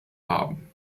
haben